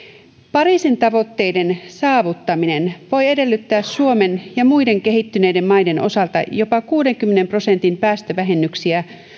pariisin tavoitteiden saavuttaminen voi edellyttää suomen ja muiden kehittyneiden maiden osalta jopa kuudenkymmenen prosentin päästövähennyksiä